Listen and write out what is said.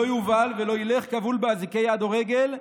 לא יובל ולא ילך כבול באזיקי יד או רגל,